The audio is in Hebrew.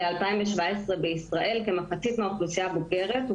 בשנת 2017 כמחצית מהאוכלוסייה הבוגרת בישראל